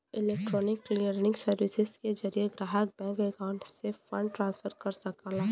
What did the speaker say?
electronic clearing services के जरिये ग्राहक बैंक अकाउंट से फंड ट्रांसफर कर सकला